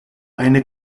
eine